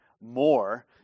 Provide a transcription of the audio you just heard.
more